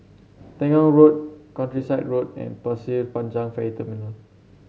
Temenggong Road Countryside Road and Pasir Panjang Ferry Terminal